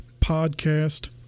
podcast